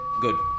good